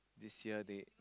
this year they